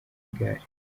igare